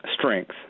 strength